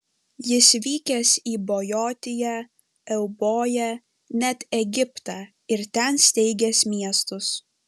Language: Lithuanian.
jis vykęs į bojotiją euboją net egiptą ir ten steigęs miestus